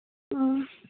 ꯑ